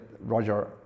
Roger